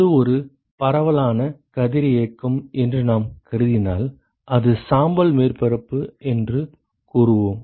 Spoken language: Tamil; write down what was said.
அது ஒரு பரவலான கதிரியக்கம் என்று நாம் கருதினால் அது சாம்பல் மேற்பரப்பு என்று கூறுவோம்